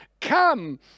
come